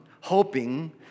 hoping